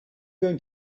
going